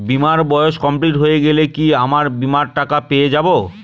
বীমার বয়স কমপ্লিট হয়ে গেলে কি আমার বীমার টাকা টা পেয়ে যাবো?